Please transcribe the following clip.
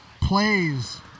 plays